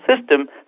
system